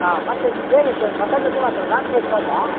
ಆಂ ಮತ್ತು ಬೇರೆಂತ ಮಸಾಲೆ ದೋಸೆ ಮಾತ್ರ ನಾಲ್ಕು ಪ್ಲೇಟ್ ಸಾಕಾ